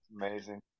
Amazing